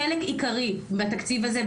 חלק עיקרי מהתקציב הזה,